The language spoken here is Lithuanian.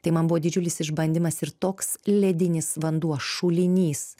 tai man buvo didžiulis išbandymas ir toks ledinis vanduo šulinys